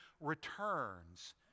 returns